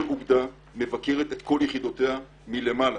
כל אוגדה מבקרת את כל יחידותיה מלמעלה.